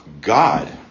God